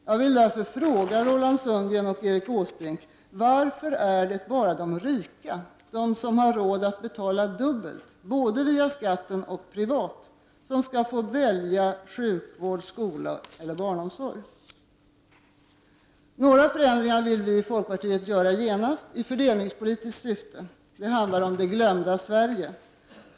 Jag vill fråga Roland Sundgren och Erik Åsbrink: Varför är det bara de rika — de som har råd att betala dubbelt, både via skatten och privat — som skall få välja sjukvård, skola eller barnomsorg? Några förändringar vill vi i folkpartiet göra genast i fördelningspolitiskt syfte. De handlar om det glömda Sverige.